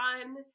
Fun